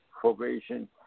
probation